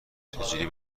چجوری